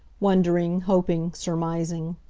wondering, hoping, surmising.